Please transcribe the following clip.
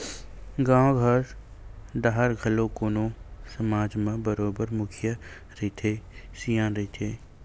गाँव घर डाहर घलो कोनो समाज म बरोबर मुखिया रहिथे, सियान रहिथे